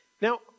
Now